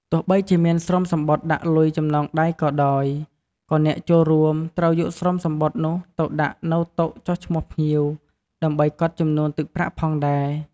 ទោះបីជាមានស្រោមសំបុត្រដាក់លុយចំណងដៃក៏ដោយ ក៏អ្នកចូលរួមត្រូវយកស្រោមសំបុត្រនោះទៅដាក់នៅតុចុះឈ្មោះភ្ញៀវ ដើម្បីកត់ចំនួនទឹកប្រាក់ផងដែរ។